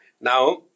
Now